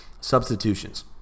substitutions